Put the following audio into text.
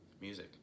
Music